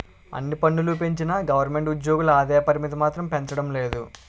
అన్ని పన్నులూ పెంచిన గవరమెంటు ఉజ్జోగుల ఆదాయ పరిమితి మాత్రం పెంచడం లేదు